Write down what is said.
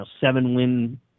seven-win